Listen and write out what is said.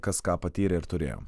kas ką patyrė ir turėjo